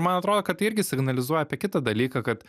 man atrodo kad tai irgi signalizuoja apie kitą dalyką kad